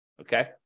okay